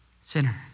sinner